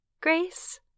Grace